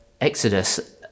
Exodus